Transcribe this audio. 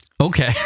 Okay